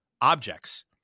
objects